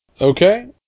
Okay